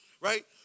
right